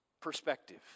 perspective